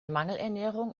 mangelernährung